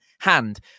hand